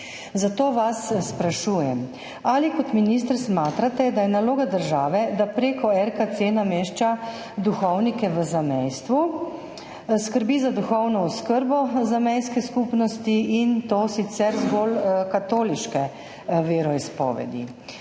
Zato vas sprašujem: Ali kot minister smatrate, da je naloga države, da preko RKC namešča duhovnike v zamejstvu, skrbi za duhovno oskrbo zamejske skupnosti, in to sicer zgolj katoliške veroizpovedi?